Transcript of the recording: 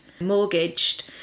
mortgaged